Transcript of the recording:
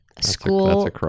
school